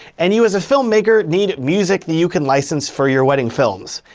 and you as a filmmaker need music that you can license for your wedding films.